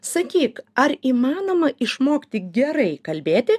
sakyk ar įmanoma išmokti gerai kalbėti